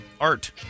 art